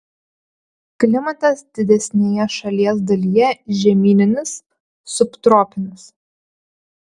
klimatas didesnėje šalies dalyje žemyninis subtropinis